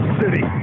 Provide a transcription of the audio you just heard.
city